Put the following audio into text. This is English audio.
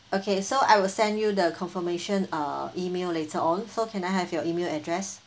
okay so I will send you the confirmation uh email later on so can I have your email address